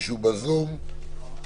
לא.